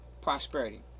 prosperity